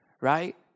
right